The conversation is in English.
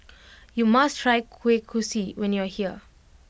you must try Kueh Kosui when you are here